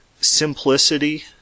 simplicity